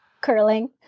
Curling